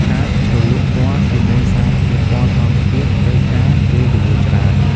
ការជ្រលក់ពណ៌ជាមួយសារធាតុពណ៌ធម្មជាតិត្រូវការពេលវេលាច្រើន។